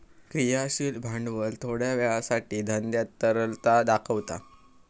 क्रियाशील भांडवल थोड्या वेळासाठी धंद्यात तरलता दाखवता